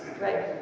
right